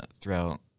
throughout